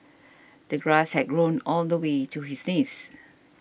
the grass had grown all the way to his knees